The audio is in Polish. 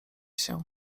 się